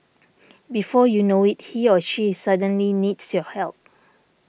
before you know it he or she suddenly needs your help